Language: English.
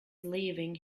leaving